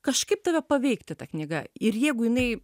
kažkaip tave paveikti ta knyga ir jeigu jinai